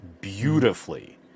beautifully